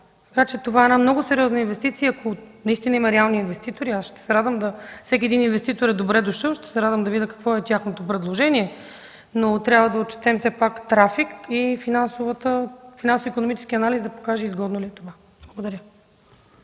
Това е една много сериозна инвестиция, ако наистина има реални инвеститори, аз ще се радвам. Всеки един инвеститор е добре дошъл, ще се радвам да видя какво е тяхното предложение, но трябва да отчетем все пак трафика и финансово-икономическия анализ да покаже изгодно ли е това. Благодаря.